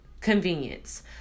convenience